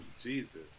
Jesus